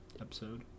episode